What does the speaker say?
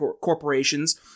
corporations